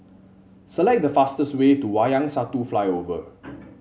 select the fastest way to Wayang Satu Flyover